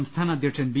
സംസ്ഥാന അധ്യ ക്ഷൻ ബി